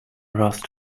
rust